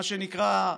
מה שנקרא,